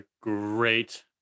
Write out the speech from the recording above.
great